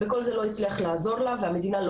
וכל זה לא הצליח לעזור לה והמדינה לא